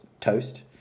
toast